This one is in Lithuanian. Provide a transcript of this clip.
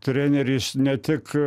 treneris ne tik